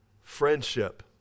Friendship